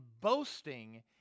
boasting